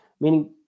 meaning